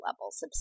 levels